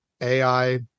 AI